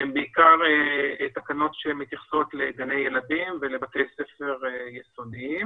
הן בעיקר תקנות שמתייחסות לגני ילדים ולבתי ספר יסודיים.